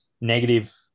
negative-